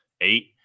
eight